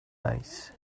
base